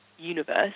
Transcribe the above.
universe